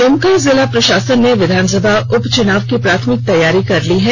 दुमका जिला प्रशासन ने विधानसभा उपचुनाव की प्राथमिक तैयारी कर ली है